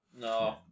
No